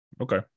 Okay